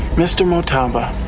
mister motaba